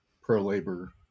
pro-labor